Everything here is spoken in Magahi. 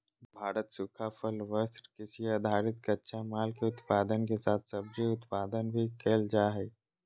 भारत सूखा फल, वस्त्र, कृषि आधारित कच्चा माल, के उत्पादन के साथ सब्जी उत्पादन भी कैल जा हई